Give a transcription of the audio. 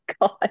god